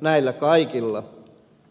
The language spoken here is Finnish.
näillä kaikilla